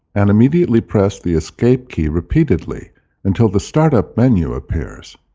and immediately press the esc ah key repeatedly until the startup menu appears.